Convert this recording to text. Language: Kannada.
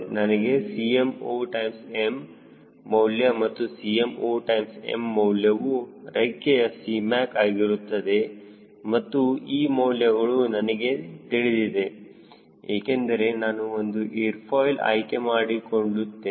ನನಗೆ 𝐶mOM ಮೌಲ್ಯ ಹಾಗೂ 𝐶mOM ಮೌಲ್ಯವು ರೆಕ್ಕೆಯ Cmac ಆಗಿರುತ್ತದೆ ಮತ್ತು ಈ ಮೌಲ್ಯಗಳು ನನಗೆ ತಿಳಿದಿದೆ ಏಕೆಂದರೆ ನಾನು ಒಂದು ಏರ್ ಫಾಯ್ಲ್ ಆಯ್ಕೆಮಾಡಿಕೊಂಡಿದ್ದೇನೆ